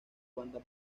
banda